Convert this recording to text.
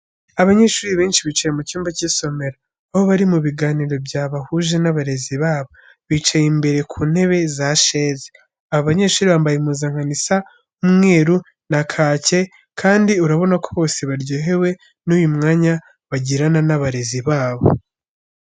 Abanyeshuri benshi bicaye mu cyumba cy'isomero, aho bari mu biganiro byabahuje n'abarezi babo, bicaye imbere ku ntebe za sheze. Aba banyeshuri bambaye impuzankano isa umweru na kacye kandi urabona ko bose baryohewe n'uyu mwanya bagirana n'abarezi babo.